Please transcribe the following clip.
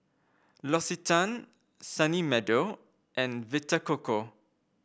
L'Occitane Sunny Meadow and Vita Coco